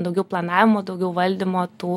daugiau planavimo daugiau valdymo tų